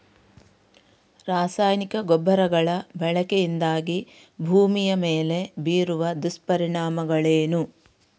ರಾಸಾಯನಿಕ ಗೊಬ್ಬರಗಳ ಬಳಕೆಯಿಂದಾಗಿ ಭೂಮಿಯ ಮೇಲೆ ಬೀರುವ ದುಷ್ಪರಿಣಾಮಗಳೇನು?